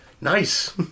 Nice